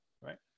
right